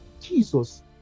Jesus